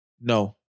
No